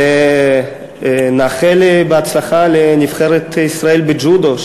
נאחל בהצלחה לנבחרת ישראל בג'ודו,